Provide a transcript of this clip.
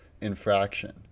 infraction